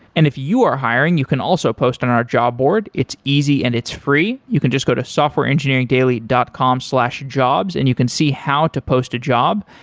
and if you are hiring, you can also post on our job board, it's easy and it's free, you can just go to softwareengineeringdaily dot com slash jobs and you can see how to post a job.